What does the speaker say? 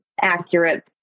accurate